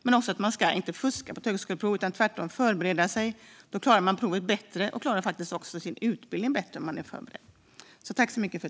Man ska inte fuska på ett högskoleprov utan tvärtom förbereda sig. Om man är förberedd klarar man provet bättre och faktiskt också sin utbildning bättre.